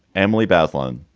emily bazelon,